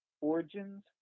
origins